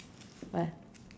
where